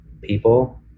people